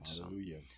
Hallelujah